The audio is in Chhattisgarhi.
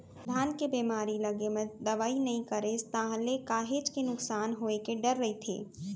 धान के बेमारी लगे म दवई नइ करेस ताहले काहेच के नुकसान होय के डर रहिथे